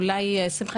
אולי שמחה,